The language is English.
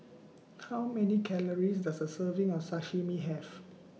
How Many Calories Does A Serving of Sashimi Have